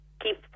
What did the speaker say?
keep